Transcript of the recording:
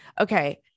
Okay